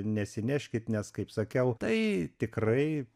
nesineškit nes kaip sakiau tai tikrai